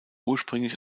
ursprünglich